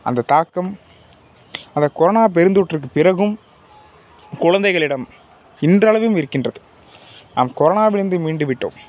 அந்தத் தாக்கம் அந்தக் கொரோனா பெருந்தொற்றுக்குப் பிறகும் குழந்தைகளிடம் இன்றளவும் இருக்கின்றது நாம் கொரோனாவிலிருந்து மீண்டு விட்டோம்